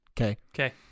Okay